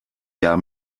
jahr